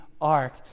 ark